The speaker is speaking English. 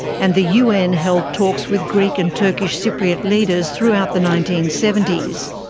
and the un held talks with greek and turkish cypriot leaders throughout the nineteen seventy s.